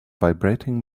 vibrating